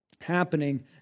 happening